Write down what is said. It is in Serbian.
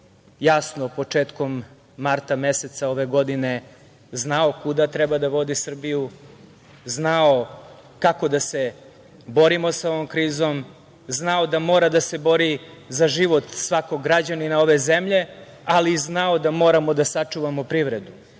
jasno početkom marta meseca ove godine, znao kuda treba da vodi Srbiju, znao kako da se borimo sa ovom krizom, znao da mora da se bori za život svakog građanina ove zemlje, ali i znao da moramo da sačuvamo privredu.